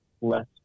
less